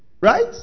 Right